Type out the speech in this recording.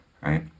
right